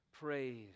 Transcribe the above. praise